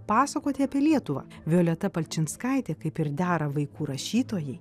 pasakoti apie lietuvą violeta palčinskaitė kaip ir dera vaikų rašytojai